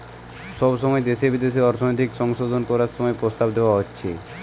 সময় সময় দেশে বিদেশে অর্থনৈতিক সংশোধন করার প্রস্তাব দেওয়া হচ্ছে